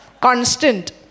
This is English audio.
constant